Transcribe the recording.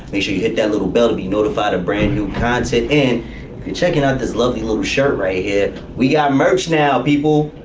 they sure you hit that little bell to be notified. a brand new concept in checking out this lovely little shirt right here. we are mirch now, people.